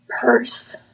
purse